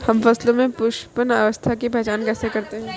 हम फसलों में पुष्पन अवस्था की पहचान कैसे करते हैं?